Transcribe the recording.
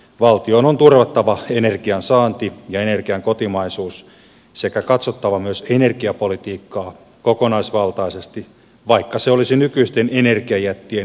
valtion on turvattava energiansaanti ja energian kotimaisuus sekä katsottava myös energiapolitiikkaa kokonaisvaltaisesti vaikka se olisi nykyisten energiajättien etujen vastaista